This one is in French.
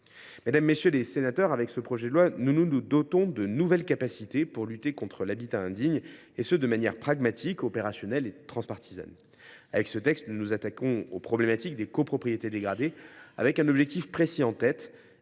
Mesdames, messieurs les sénateurs, en adoptant ce projet de loi, nous nous doterons de nouvelles capacités pour lutter contre l’habitat indigne, et ce de manière pragmatique, opérationnelle et transpartisane. Au travers de ce texte, nous nous attaquons à la question des copropriétés dégradées en ayant un objectif précis en tête